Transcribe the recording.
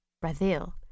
Brazil